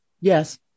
Yes